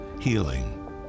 healing